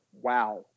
wow